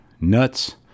nuts